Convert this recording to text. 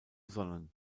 sonnen